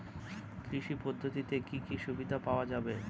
কৃষি পদ্ধতিতে কি কি সুবিধা পাওয়া যাবে?